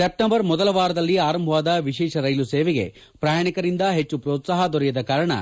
September ಮೊದಲ ವಾರದಲ್ಲಿ ಆರಂಭವಾದ ವಿಶೇಷ ರೈಲು ಸೇವೆಗೆ ಪ್ರಯಾಣಿಕರಿಂದ ಹೆಚ್ಚು ಪೋತ್ಲಾಹ ದೊರೆಯದ ಕಾರಣ